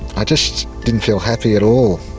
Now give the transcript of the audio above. i just didn't feel happy at all.